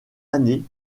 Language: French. année